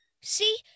See